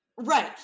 Right